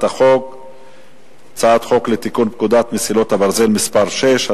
חוק לתיקון פקודת מסילות הברזל (מס' 6),